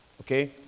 Okay